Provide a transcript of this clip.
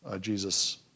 Jesus